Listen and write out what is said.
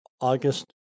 August